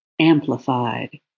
amplified